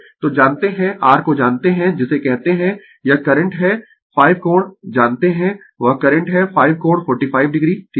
तो जानते है r को जानते है जिसे कहते है यह करंट है 5 कोण जानते है वह करंट है 5 कोण 45 o ठीक है